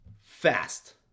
fast